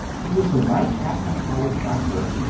it was the night after howard got hurt,